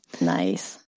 Nice